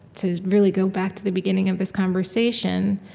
to really go back to the beginning of this conversation,